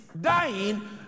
Dying